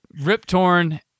Riptorn